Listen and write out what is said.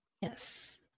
Yes